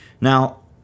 Now